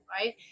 right